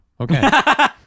Okay